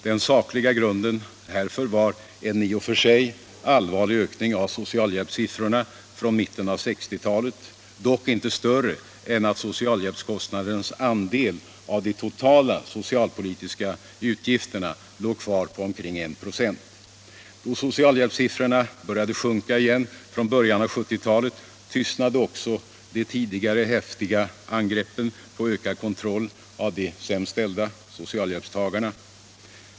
Den sakliga grunden härför var en i och för sig allvarlig ökning av socialhjälpssiffrorna från mitten av 1960-talet — dock inte större än att socialhjälpskostnadernas andel av de totala socialpolitiska utgifterna låg kvar på omkring 1 26. Då socialhjälpssiffrorna började sjunka igen från början av 1970-talet tystnade också de tidigare häftiga kraven på ökad kontroll av de sämst ställda — socialhjälpstagarna.